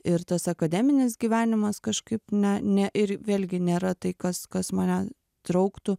ir tas akademinis gyvenimas kažkaip ne ne ir vėlgi nėra tai kas kas mane trauktų